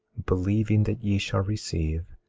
believing that ye shall receive,